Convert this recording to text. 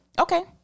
Okay